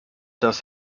das